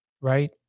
right